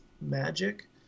magic